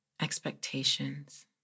expectations